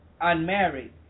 unmarried